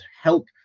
help